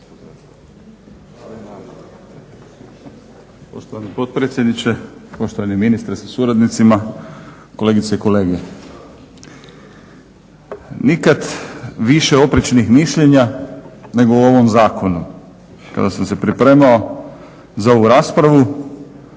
Poštovani potpredsjedniče, poštovani ministre sa suradnicima, kolegice i kolege. Nikad više oprečnih mišljenja nego o ovom zakonu. Kada sam se pripremao za ovu raspravu